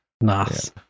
nice